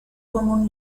común